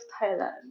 Thailand